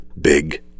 big